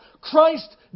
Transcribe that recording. Christ